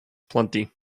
plenty